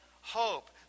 hope